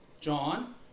John